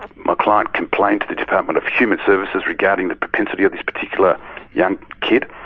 my client complained to the department of human services regarding the propensity of this particular young kid.